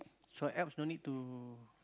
so apps no need to